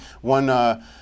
One